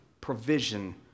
provision